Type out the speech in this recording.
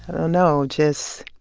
and ah know just